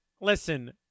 Listen